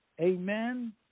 Amen